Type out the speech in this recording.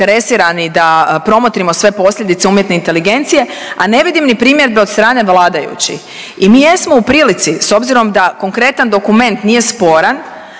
da promotrimo sve posljedice umjetne inteligencije, a ne vidim ni primjedbe od strane vladajućih i mi jesmo u prilici, s obzirom da konkretan dokument nije sporan,